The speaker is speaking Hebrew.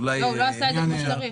כמו שצריך.